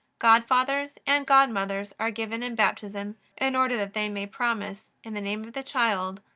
godfathers and godmothers are given in baptism in order that they may promise, in the name of the child,